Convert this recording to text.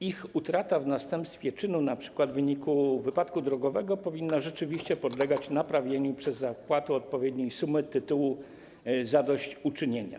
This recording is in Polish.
Ich utrata w następstwie czynu, np. w wyniku wypadku drogowego, powinna rzeczywiście podlegać naprawieniu przez zapłatę odpowiedniej sumy tytułem zadośćuczynienia.